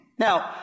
Now